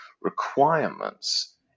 requirements